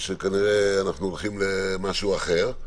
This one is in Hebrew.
אישור פורמלי כי אנחנו כנראה הולכים למשהו אחר,